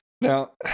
Now